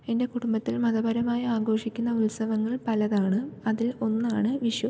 എൻ്റെ കുടുംബത്തിൽ മതപരമായ ആഘോഷിക്കുന്ന ഉത്സവങ്ങൾ പലതാണ് അതിൽ ഒന്നാണ് വിഷു